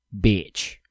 bitch